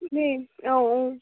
দেই অঁ অঁ